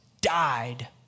died